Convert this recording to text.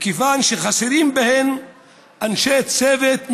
מכיוון שחסרים בהם אנשי צוות מקצועיים: